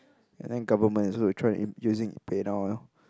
and then government is also trying using PayNow